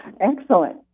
Excellent